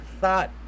thought